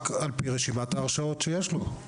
רק על פי רשימת ההרשאות שיש לו.